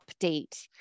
update